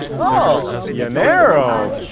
oh, yeah llanero.